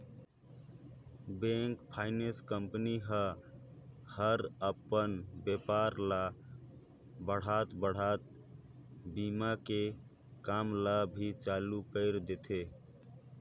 bank, finance company ह हर अपन बेपार ल बढ़ात बढ़ात बीमा के काम ल भी चालू कइर देथे